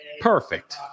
Perfect